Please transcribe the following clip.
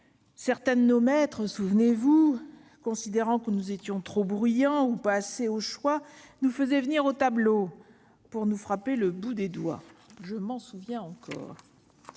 certains de nos maîtres, considérant que nous étions trop bruyants- ou pas assez, au choix -, nous faisaient venir au tableau pour nous frapper le bout des doigts avec des règles en bois.